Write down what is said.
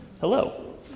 Hello